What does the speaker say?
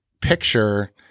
picture